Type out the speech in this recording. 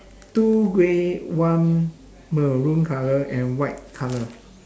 two grey one maroon colour and white colour